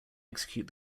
execute